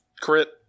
crit